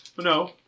no